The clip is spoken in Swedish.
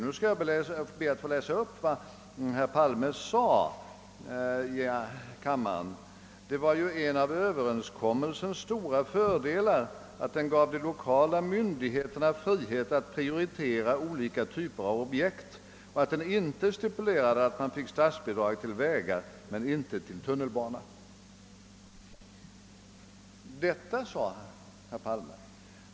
Nu skall jag be att få läsa upp vad herr Palme sade i kammaren: »Det var ju en av överenskommelsens stora fördelar att den gav de lokala myndigheterna frihet att prioritera olika typer av objekt och att den inte stipulerade att man fick statsbidrag till vägar men inte till tunnelbana.» Detta sade herr Palme.